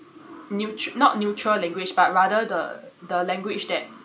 neu~ not neutral language but rather the the language that